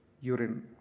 urine